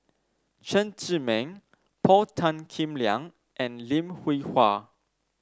Chen Zhiming Paul Tan Kim Liang and Lim Hwee Hua